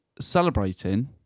celebrating